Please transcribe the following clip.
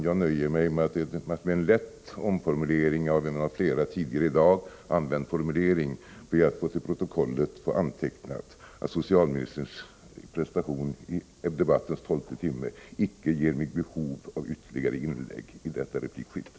Jag nöjer mig med att, med en lätt ändring av en tidigare i dag av flera talare använd formulering, till protokollet få antecknat att socialministerns prestation i debattens tolfte timme icke ger mig behov av ytterligare inlägg i detta replikskifte.